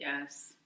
Yes